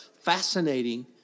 fascinating